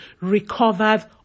recovered